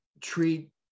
treat